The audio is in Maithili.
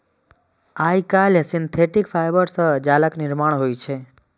आइकाल्हि सिंथेटिक फाइबर सं जालक निर्माण होइ छै